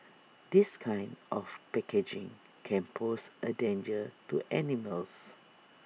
this kind of packaging can pose A danger to animals